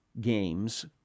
Games